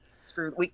screwed